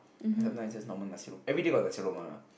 sometimes just normal nasi everyday got nasi-lemak